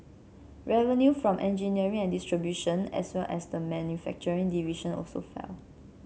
revenue from engineering and distribution as well as the manufacturing division also fell